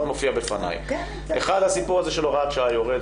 מופיע בפניי: 1. הסיפור הזה של הוראת שעה יורד,